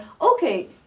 okay